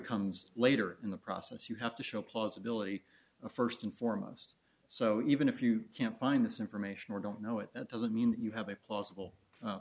comes later in the process you have to show plausibility first and foremost so even if you can't find this information or don't know it that doesn't mean you have a plausible